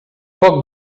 poc